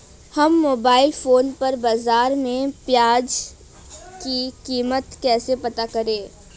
हम mobile phone पर बाज़ार में प्याज़ की कीमत कैसे पता करें?